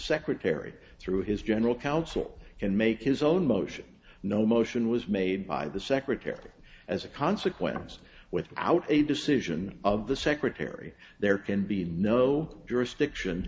secretary through his general counsel can make his own motion no motion was made by the secretary as a consequence without a decision of the secretary there can be no jurisdiction